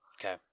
Okay